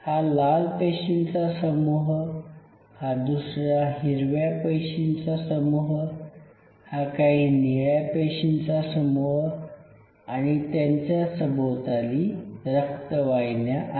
हा लाल पेशींचा समूह हा दुसरा हिरव्या पेशींचा समूह हा काही निळ्या पेशींचा समूह आणि यांच्या सभोवताली रक्तवाहिन्या आहेत